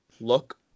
look